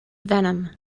venom